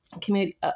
community